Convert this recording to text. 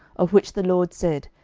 of which the lord said,